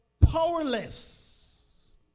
powerless